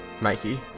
Mikey